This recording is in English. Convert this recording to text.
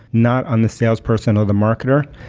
not on the salesperson or the marketer.